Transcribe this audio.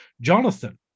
Jonathan